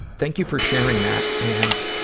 thank you for sharing that, and